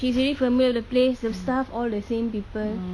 she's already familiar with the place the staff all the same people